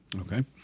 Okay